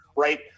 right